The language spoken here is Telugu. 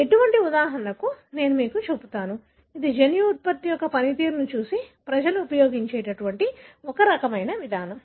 అటువంటి ఉదాహరణను నేను మీకు చూపుతాను ఇది జన్యు ఉత్పత్తి యొక్క పనితీరును చూసి ప్రజలు ఉపయోగించే ఒక రకమైన విధానం